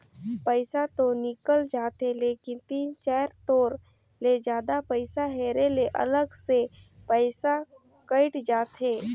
पइसा तो निकल जाथे लेकिन तीन चाएर तोर ले जादा पइसा हेरे ले अलग से पइसा कइट जाथे